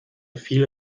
viel